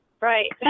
Right